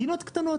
גינות קטנות.